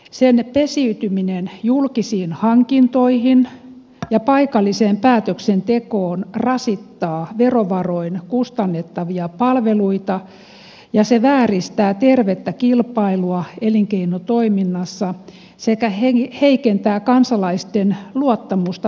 sen pesiytyminen julkisiin hankintoihin ja paikalliseen päätöksentekoon rasittaa verovaroin kustannettavia palveluita ja se vääristää tervettä kilpailua elinkeinotoiminnassa sekä heikentää kansalaisten luottamusta päätöksentekijöihin